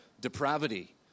depravity